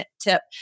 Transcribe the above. tip